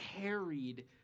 carried